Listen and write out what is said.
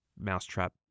mousetrap